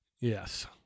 Yes